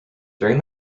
during